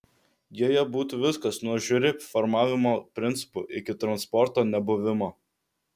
joje būtų viskas nuo žiuri formavimo principų iki transporto nebuvimo